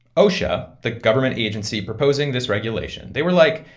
osha, the government agency proposing this regulation they were like,